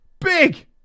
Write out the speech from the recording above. Big